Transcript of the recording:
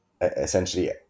essentially